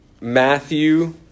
Matthew